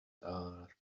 car